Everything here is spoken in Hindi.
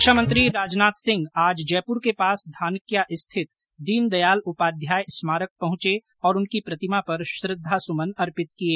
रक्षा मंत्री राजनाथ सिंह आज जयपुर के पास धानक्या स्थित दीनदयाल उपाध्याय स्मारक पहुंचे और उनकी प्रतिमा पर श्रद्वासुमन अर्पित किए